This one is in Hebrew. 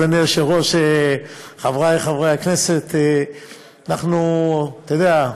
אדוני היושב-ראש, חברי חברי הכנסת, אתה יודע,